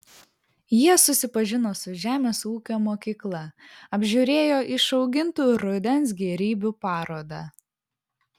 jie susipažino su žemės ūkio mokykla apžiūrėjo išaugintų rudens gėrybių parodą